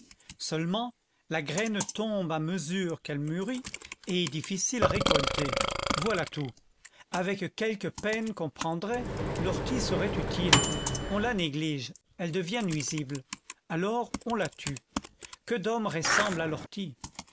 seulement la graine tombe à mesure qu'elle mûrit et est difficile à récolter voilà tout avec quelque peine qu'on prendrait l'ortie serait utile on la néglige elle devient nuisible alors on la tue que d'hommes ressemblent à l'ortie